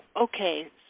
okay